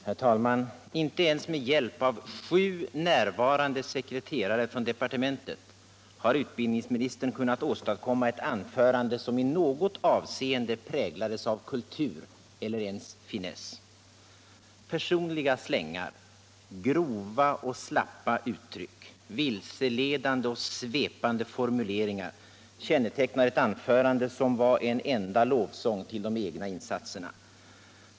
Herr talman! Inte ens med hjälp av sju närvarande sekreterare från departementet har utbildningsministern kunnat åstadkomma ett anförande som i något avscende präglades av kultur eller ens finess. Personliga slängar, grova och slappa uttryck, vilseledande och svepande formuleringar kännetecknar ett anförande, som var en enda lovsång till de egna insatserna.